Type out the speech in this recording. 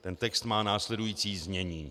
Ten text má následující znění: